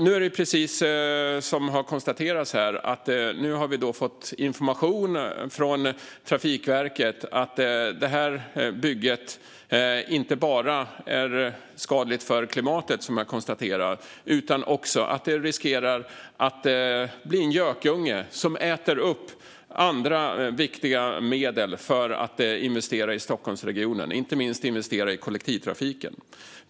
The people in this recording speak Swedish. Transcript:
Nu har vi, precis som konstaterats, fått information från Trafikverket om att det här bygget inte bara är skadligt för klimatet, vilket jag konstaterar, utan också riskerar att bli en gökunge som äter upp andra viktiga medel för att investera i Stockholmsregionen, inte minst i kollektivtrafiken.